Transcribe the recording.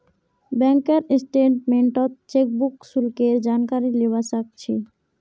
बैंकेर स्टेटमेन्टत चेकबुक शुल्केर जानकारी लीबा सक छी